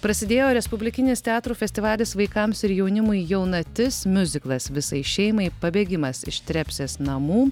prasidėjo respublikinis teatrų festivalis vaikams ir jaunimui jaunatis miuziklas visai šeimai pabėgimas iš trepsės namų